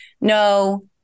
no